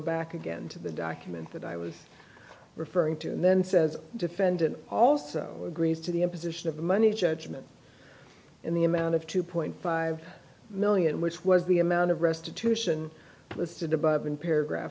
back again to the document that i was referring to and then says defendant also agrees to the imposition of the money judgment in the amount of two point five million which was the amount of restitution listed above in paragraph